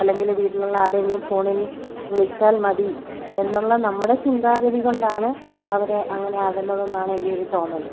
അല്ലെങ്കിൽ വീട്ടിലുള്ള ആരുടെയെങ്കിലും ഫോണിൽ വിളിച്ചാൽ മതി എന്നുള്ള നമ്മുടെ ചിന്താഗതി കൊണ്ടാണ് അവർ അങ്ങനെ ആകുന്നതെന്നാണ് എൻ്റെ ഒരു തോന്നൽ